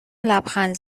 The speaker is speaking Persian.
لبخند